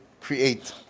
create